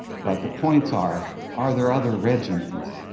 but the points are, are there other regimens,